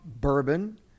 Bourbon